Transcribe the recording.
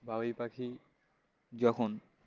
বাবুই পাখি যখন